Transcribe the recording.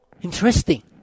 interesting